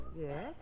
Yes